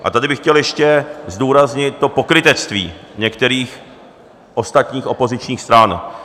A tady bych chtěl ještě zdůraznit to pokrytectví některých ostatních opozičních stran.